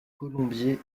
colombier